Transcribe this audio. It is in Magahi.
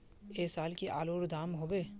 ऐ साल की आलूर र दाम होबे?